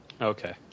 Okay